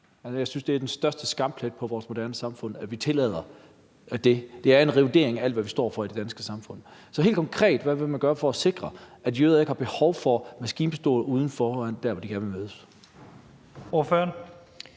Jeg synes, det er den største skamplet på vores moderne samfund, at vi tillader det. Det er en revidering af alt, hvad vi står for i det danske samfund. Så hvad vil man helt konkret gøre for at sikre, at jøder ikke har behov for maskinpistoler ude foran de steder, de gerne vil mødes?